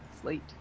Slate